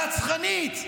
הרצחנית,